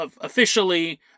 officially